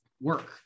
Work